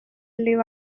live